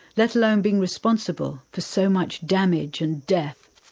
let alone being responsible for so much damage and death.